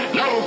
no